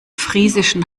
friesischen